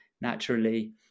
naturally